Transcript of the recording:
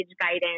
guidance